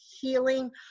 healing